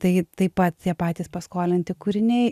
tai taip pat tie patys paskolinti kūriniai